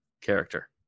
character